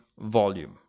volume